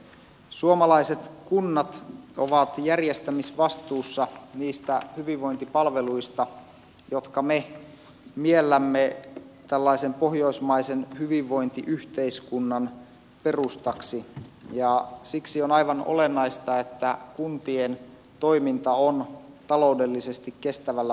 suomaiset kunnat ovat järjestämisvastuussa niistä hyvinvointipalveluista jotka me miellämme tällaisen pohjoismaisen hyvinvointiyhteiskunnan perustaksi ja siksi on aivan olennaista että kuntien toiminta on taloudellisesti kestävällä pohjalla